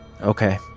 Okay